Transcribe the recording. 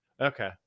Okay